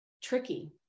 tricky